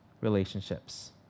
relationships